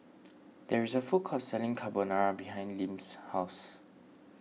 there is a food court selling Carbonara behind Lim's house